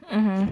mmhmm